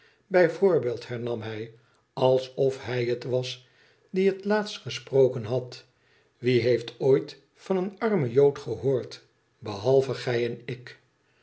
bij voorbeeld hernam hij alsof hij het was die het laast gesproken had t wie heeft ooit van een armen jood gehoord behalve gij en ik